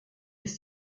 ist